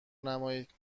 نمایید